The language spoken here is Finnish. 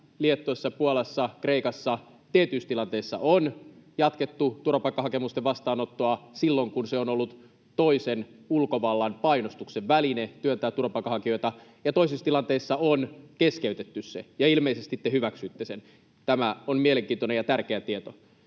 Liettuassa ja Puolassa, Kreikassa, tietyissä tilanteissa on jatkettu turvapaikkahakemusten vastaanottoa silloin, kun se on ollut toisen ulkovallan painostuksen väline työntää turvapaikanhakijoita, ja toisissa tilanteissa se on keskeytetty — ja ilmeisesti te hyväksyitte sen. Tämä on mielenkiintoinen ja tärkeä tieto.